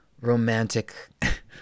romantic